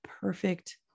perfect